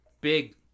Big